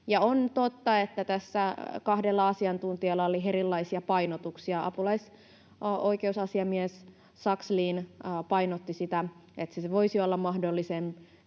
On totta, että tässä kahdella asiantuntijalla oli erilaisia painotuksia: apulaisoikeusasiamies Sakslin painotti sitä, että tämä uudenlainen